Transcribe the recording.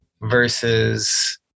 versus